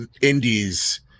indies